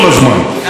זה אמנון אברמוביץ'?